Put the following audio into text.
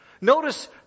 Notice